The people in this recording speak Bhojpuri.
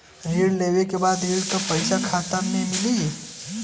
ऋण लेवे के बाद ऋण का पैसा खाता में मिली?